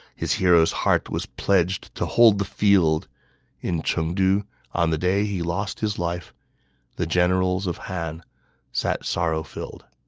his hero's heart was pledged to hold the field in chengdu on the day he lost his life the generals of han sat sorrow-filled